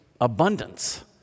abundance